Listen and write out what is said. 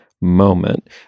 moment